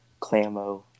Clamo